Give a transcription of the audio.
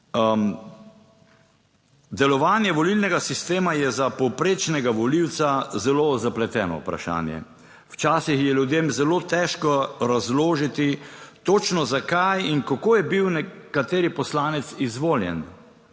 Delovanje volilnega sistema je za povprečnega volivca zelo zapleteno vprašanje. Včasih je ljudem zelo težko razložiti točno, zakaj in kako je bil kateri poslanec izvoljen.